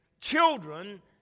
Children